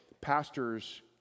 pastors